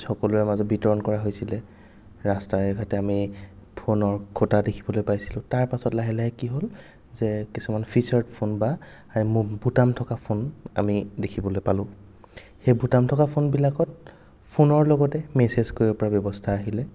সকলোৰে মাজত বিতৰণ কৰা হৈছিল ৰাস্তাই ঘাটে আমি ফ'নৰ খুঁটা দেখিবলৈ পাইছিলোঁ তাৰপাছত লাহে লাহে কি হ'ল যে কিছুমান ফিচাৰ ফ'ন বা বুটাম থকা ফ'ন আমি দেখিবলৈ পালোঁ সেই বুটাম থকা ফ'নবিলাকত ফ'নৰ লগতে মেচেজ কৰিব পৰা ব্যৱস্থা আহিলে